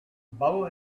bow